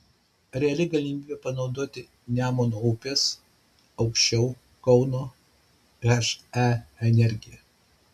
reali galimybė panaudoti nemuno upės aukščiau kauno he energiją